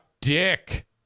dick